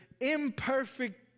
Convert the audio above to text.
imperfect